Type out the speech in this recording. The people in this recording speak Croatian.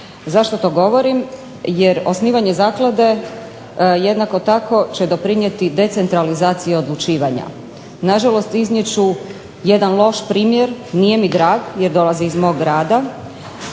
Zašto to govorim? Jer osnivanje zaklade će jednako tako će doprinijeti decentralizaciji odlučivanja. Nažalost, iznijet ću jedan loš primjer, nije mi drag jer dolazi iz mog grada.